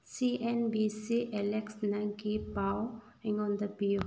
ꯁꯤ N B C Alex ꯅꯪꯒꯤ ꯄꯥꯎ ꯑꯩꯉꯣꯟꯗ ꯄꯤꯌꯨ